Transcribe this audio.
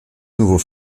nouveau